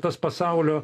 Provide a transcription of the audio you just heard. tas pasaulio